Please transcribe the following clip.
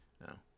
No